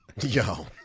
Yo